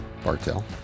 Bartell